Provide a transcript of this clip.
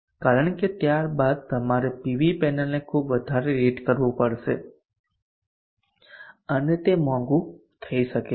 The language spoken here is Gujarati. કારણ કે ત્યારબાદ તમારે પીવી પેનલને ખૂબ વધારે રેટ કરવું પડશે અને તે મોંઘું થઈ શકે છે